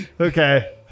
Okay